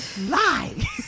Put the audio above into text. lie